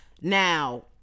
Now